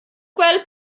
gweld